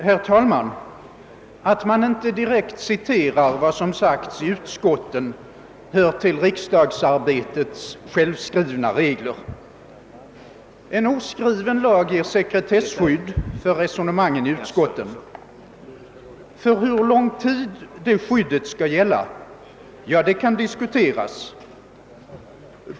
Herr talman! Att man inte direkt citerar vad som sagts i utskotten hör till riksdagsarbetets självskrivna regler; sekretesskydd för resonemangen i utskotten är en oskriven lag. För hur lång tid detta skydd skall gälla kan diskuteras.